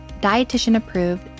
dietitian-approved